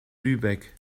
lübeck